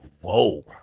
Whoa